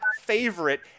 favorite